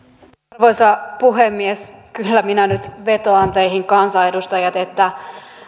arvoisa puhemies kyllä minä nyt vetoan teihin kansanedustajat että